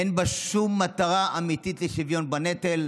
אין בה שום מטרה אמיתית לשוויון בנטל.